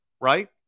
Right